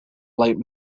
like